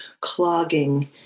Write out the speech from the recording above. clogging